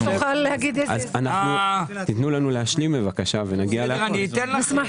אנחנו לא מטפלים